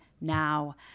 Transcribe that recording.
now